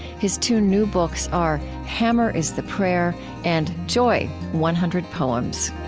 his two new books are hammer is the prayer and joy one hundred poems